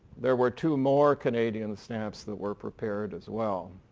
there were two more canadian snaps that were prepared as well.